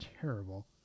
terrible